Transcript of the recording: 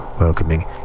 welcoming